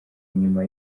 nyuma